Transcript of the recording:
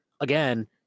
again